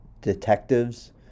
detectives